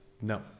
No